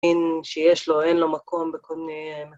‫שיש לו, אין לו מקום בכל מיני...